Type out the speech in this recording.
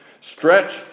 Stretch